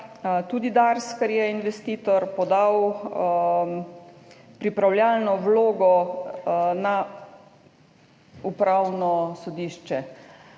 tudi DARS, ker je investitor, podal pripravljalno vlogo na Upravno sodišče.